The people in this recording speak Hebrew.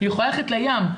היא יכולה ללכת לים.